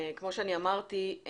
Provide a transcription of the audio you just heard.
כמו שאמרתי,